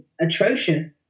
atrocious